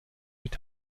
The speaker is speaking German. mit